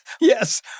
Yes